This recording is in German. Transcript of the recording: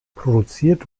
produziert